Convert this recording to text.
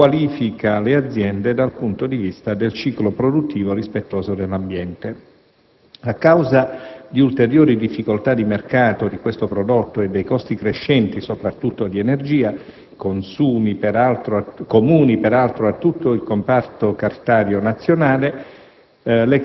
qualifica le aziende dal punto di vista del ciclo produttivo rispettoso dell'ambiente. A causa di ulteriori difficoltà di mercato di questo prodotto e dei costi crescenti (soprattutto di energia), comuni peraltro a tutto il comparto cartario nazionale,